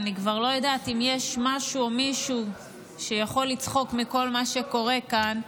אני כבר לא יודעת אם יש משהו או מישהו שיכול לצחוק מכל מה שקורה כאן,